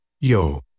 Yo